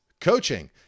coaching